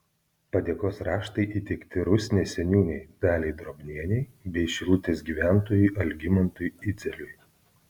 padėkos raštai įteikti rusnės seniūnei daliai drobnienei bei šilutės gyventojui algimantui idzeliui